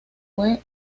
fue